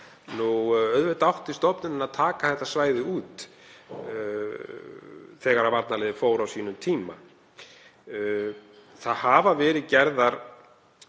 Auðvitað átti stofnunin að taka þetta svæði út þegar varnarliðið fór á sínum tíma. Það hafa verið gerðar